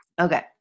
Okay